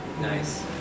Nice